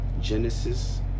Genesis